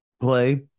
play